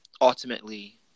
ultimately